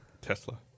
Tesla